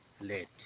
late